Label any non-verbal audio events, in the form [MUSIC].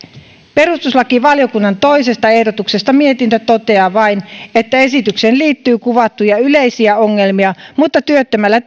perustuslakivaliokunnan toisesta ehdotuksesta mietintö toteaa vain että esitykseen liittyy kuvattuja yleisiä ongelmia mutta työttömällä [UNINTELLIGIBLE]